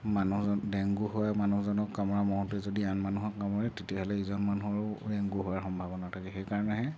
মানুহ জ ডেংগু হোৱা মানুহজনক কামোৰা মহটোই যদি আন মানুহক কামোৰে তেতিয়া ইজন মানুহৰো ডেংগু হোৱাৰ সম্ভাৱনা থাকে সেইকাৰণেহে